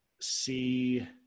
see